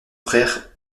frère